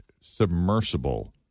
submersible